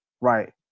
right